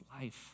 life